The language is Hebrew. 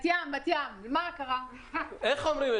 אני חושב שאם